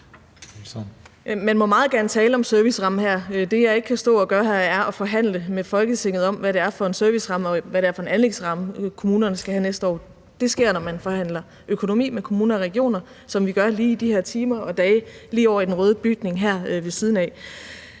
Man må meget gerne tale om servicerammen her. Det, jeg ikke kan stå og gøre her, er at forhandle med Folketinget om, hvad det er for en serviceramme, og hvad det er for en anlægsramme, kommunerne skal have næste år. Det sker, når man forhandler økonomi med kommuner og regioner, som vi gør i de her timer og dage lige ovre i den røde bygning her ved siden af.